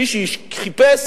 מי שחיפש